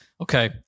Okay